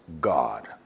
God